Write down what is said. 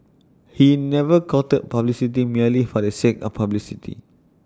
he never courted publicity merely for the sake of publicity